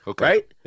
right